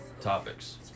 Topics